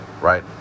right